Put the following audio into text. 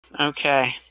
Okay